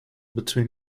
between